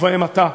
ובהם אתה,